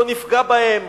לא נפגע בהם,